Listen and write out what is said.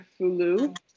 fulu